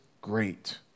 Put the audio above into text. great